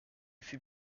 fut